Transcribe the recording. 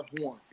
one